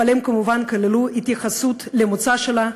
אבל הם כמובן כללו התייחסות למוצא שלה.